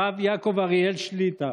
הרב יעקב אריאל שליט"א,